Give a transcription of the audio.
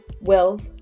wealth